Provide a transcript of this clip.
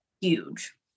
huge